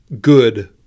good